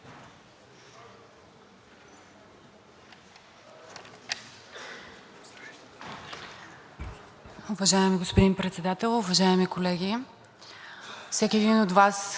Уважаеми господин Председател, уважаеми колеги! Всеки един от Вас каза какво мисли за нашите съграждани, които са в Украйна. Нито един от